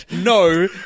No